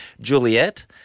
Juliet